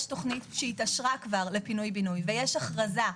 תוכנית שאושרה כבר לפינוי בינוי ויש הכרזה,